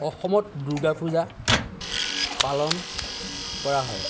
অসমত দুৰ্গা পূজা পালন কৰা হয়